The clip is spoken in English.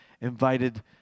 invited